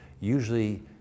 usually